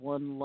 One